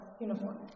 uniform